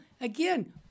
again